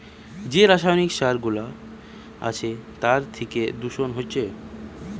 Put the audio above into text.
যে রাসায়নিক সার গুলা আছে তার থিকে দূষণ হচ্ছে